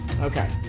Okay